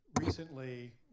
recently